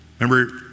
Remember